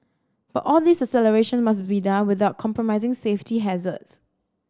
but all this acceleration must be done without compromising safety hazards